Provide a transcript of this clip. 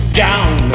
down